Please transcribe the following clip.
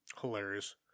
Hilarious